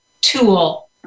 tool